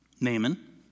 Naaman